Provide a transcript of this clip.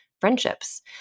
Friendships